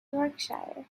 yorkshire